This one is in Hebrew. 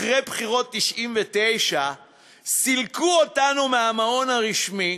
אחרי בחירות 1999 סילקו אותנו מהמעון הרשמי,